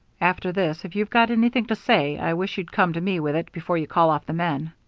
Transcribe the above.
after this, if you've got anything to say, i wish you'd come to me with it before you call off the men.